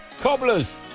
Cobblers